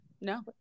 no